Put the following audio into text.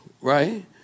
right